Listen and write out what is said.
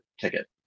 ticket